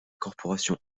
corporation